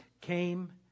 came